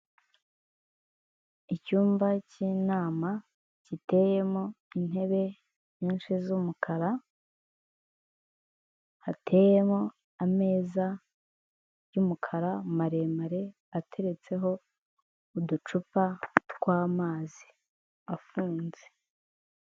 Icyumba cy'inama giteyemo intebe nyinshi z'umukara, hateyemo ameza y'umukara maremare ateretseho uducupa tw'amazi afunze.